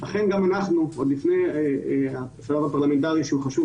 אכן גם אנחנו - עוד לפני השלב הפרלמנטרי שהוא חשוב